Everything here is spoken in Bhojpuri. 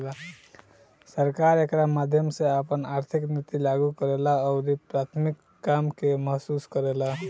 सरकार एकरा माध्यम से आपन आर्थिक निति लागू करेला अउरी प्राथमिक काम के महसूस करेला